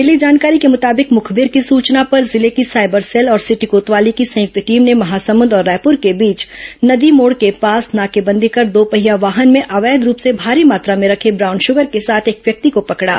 मिली जॉनकारी के मुताबिक मुखबिर की सूचना पर जिले की साइबर सेल और सिटी कोतवाली की संयुक्त टीम ने महासमंद और रायपुर के बीच नदी मोड के पास नाकेबंदी कर दोपहिया वाहन में अवैध रूप से भारी मात्रा में रखे ब्राउन शुगर के साथ एक व्यक्ति को पकड़ा